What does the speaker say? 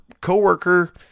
coworker